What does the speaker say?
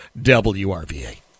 wrva